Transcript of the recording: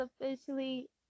officially